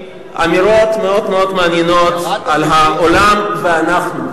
אמירות מאוד מאוד מעניינות על העולם ואנחנו.